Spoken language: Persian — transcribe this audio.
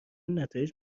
نتایج